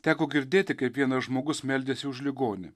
teko girdėti kaip vienas žmogus meldėsi už ligonį